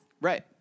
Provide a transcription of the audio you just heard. Right